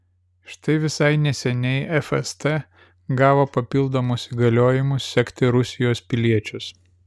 štai visai neseniai fst gavo papildomus įgaliojimus sekti rusijos piliečius